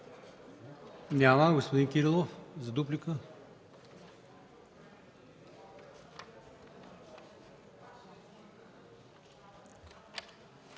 Няма. Господин Кирилов – за дуплика.